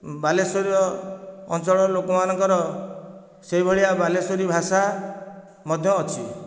ବାଲେଶ୍ୱରୀୟ ଅଞ୍ଚଳର ଲୋକମାନଙ୍କର ସେହି ଭଳିଆ ବାଲେଶ୍ଵରୀ ଭାଷା ମଧ୍ୟ ଅଛି